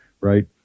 right